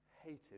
hated